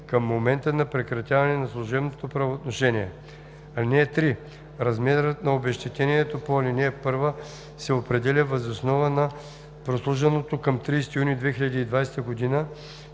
към момента на прекратяване на служебното правоотношение. (3) Размерът на обезщетението по ал. 1 се определя въз основа на прослужените към 30 юни 2020 г. години